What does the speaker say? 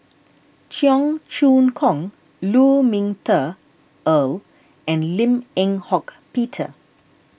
Cheong Choong Kong Lu Ming Teh Earl and Lim Eng Hock Peter